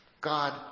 God